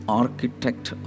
architect